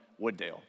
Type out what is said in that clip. Wooddale